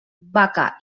vaca